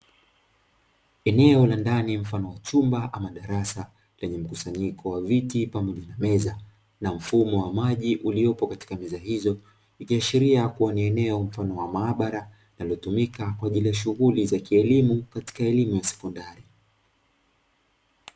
Eneo la ndani mfano wa chumba ama darasa lenye mkusanyiko wa viti pamoja na meza, na mfumo wa maji uliopo katika meza hizo, ikiashiria kuwa ni eneo mfano wa maabara inayotumika kwa shughuli za kielimu kwa elimu ya sekondari.